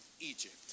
Egypt